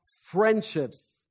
friendships